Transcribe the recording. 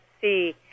see